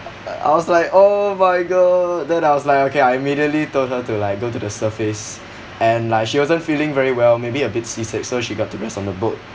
I was like oh my god then I was like okay I immediately told her to like go to the surface and like she wasn't feeling very well maybe a bit seasick so she got to rest on the boat